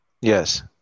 Yes